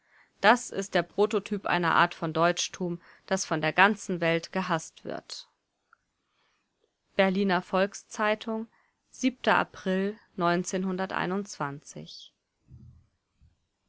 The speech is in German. das ist der prototyp einer art von deutschtum das von der ganzen welt gehaßt wird berliner volks-zeitung april